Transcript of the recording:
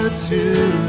ah to